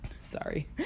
Sorry